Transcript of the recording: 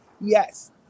Yes